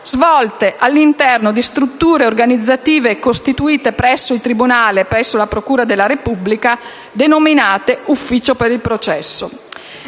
svolte all'interno di strutture organizzative costituite presso il tribunale, presso la Procura della Repubblica, denominate ufficio del processo.